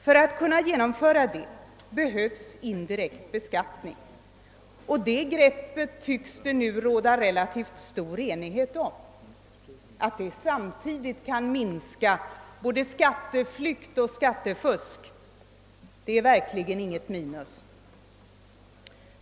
För att kunna genomföra ett sådant skattesystem behövs indirekt beskattning, och det greppet tycks det nu råda relativt stor enighet om. Att en indirekt beskattning samtidigt kan minska både skatteflykt och skattefusk är verkligen inget minus.